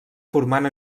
formant